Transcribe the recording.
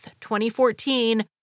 2014